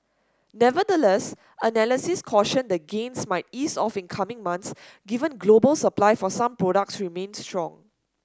nevertheless analysts cautioned the gains might ease off in coming months given global supply for some products remained strong